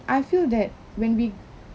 I feel that when we